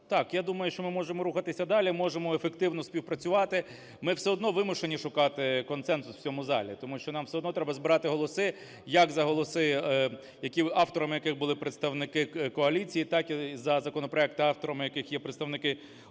Так, я думаю, що ми можемо рухатися далі, можемо ефективно співпрацювати. Ми все одно вимушені шукати консенсус в цьому залі, тому що нам все одно треба збирати голоси як за голоси, авторами яких були представники коаліції, так і за законопроекти, авторами яких є представники опозиції.